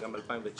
וגם ב-2019,